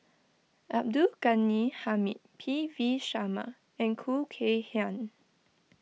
Abdul Ghani Hamid P V Sharma and Khoo Kay Hian